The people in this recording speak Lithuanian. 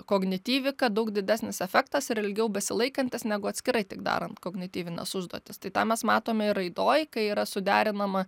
kognityviką daug didesnis efektas ir ilgiau besilaikantis negu atskirai tik darant kognityvines užduotis tai tą mes matome ir raidoj kai yra suderinama